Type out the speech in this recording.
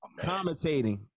commentating